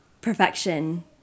perfection